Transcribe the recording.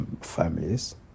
families